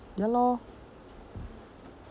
ya lor